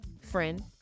friend